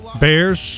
Bears